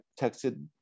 texted